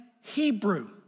Hebrew